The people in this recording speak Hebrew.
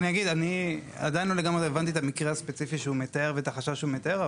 אני עדיין לא לגמרי הבנתי את המקרה הספציפי ואת החשש שהוא מתאר.